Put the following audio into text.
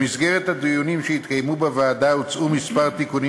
במסגרת הדיונים בוועדה הוצעו כמה תיקונים